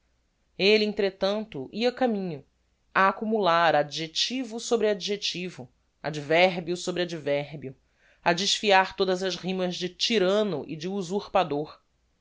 elle entretanto ia caminho a accummular adjectivo sobre adjectivo adverbio sobre adverbio a desfiar todas as rimas de tyranno e de usurpador